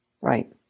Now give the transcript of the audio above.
Right